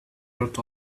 wrote